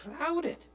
clouded